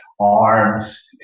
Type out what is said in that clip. arms